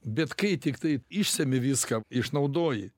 bet kai tiktai išsemi viską išnaudoji